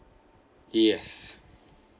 yes